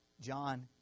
John